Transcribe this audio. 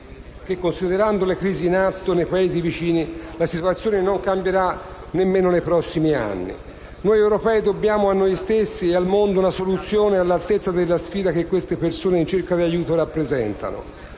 che, considerando le crisi in atto nei Paesi vicini, la situazione non cambierà nemmeno nei prossimi anni. Noi europei dobbiamo a noi stessi e al mondo una soluzione all'altezza della sfida che queste persone in cerca di aiuto rappresentano.